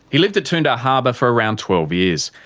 he lived at toondah harbour for around twelve years.